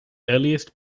earliest